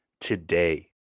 today